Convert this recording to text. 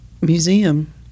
museum